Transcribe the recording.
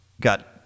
got